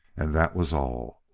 and that was all.